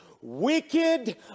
wicked